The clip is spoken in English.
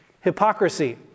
Hypocrisy